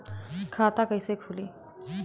खाता कइसे खुली?